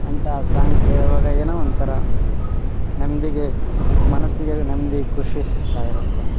ಅಂಥ ಸಾಂಗ್ ಕೇಳುವಾಗ ಏನೋ ಒಂಥರ ನೆಮ್ಮದಿಗೆ ಮನಸ್ಸಿಗೆ ನೆಮ್ಮದಿ ಖುಷಿ ಸಿಗ್ತಾ ಇರುತ್ತೆ